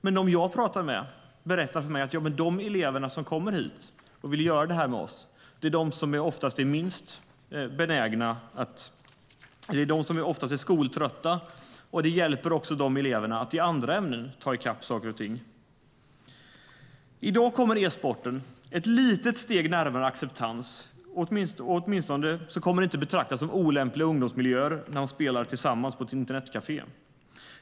Men de som jag har pratat med berättar att de elever som kommer till skolorna ofta är skoltrötta. Och det här hjälper de eleverna att komma i kapp i andra ämnen.I dag kommer e-sporten ett litet steg närmare acceptans. Åtminstone kommer det inte att betraktas som olämpliga ungdomsmiljöer när ungdomar spelar tillsammans på ett internetkafé.